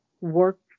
work